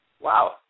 Wow